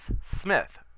Smith